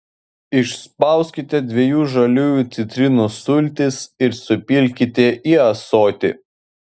išspauskite dviejų žaliųjų citrinų sultis ir supilkite į ąsotį